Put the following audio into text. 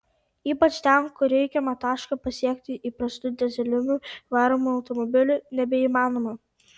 ypač ten kur reikiamą tašką pasiekti įprastu dyzelinu varomu automobiliu nebeįmanoma